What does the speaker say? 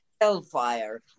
hellfire